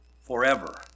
forever